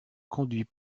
conduit